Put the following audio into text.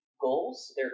goals